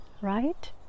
right